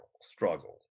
struggle